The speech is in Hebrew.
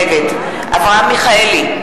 נגד אברהם מיכאלי,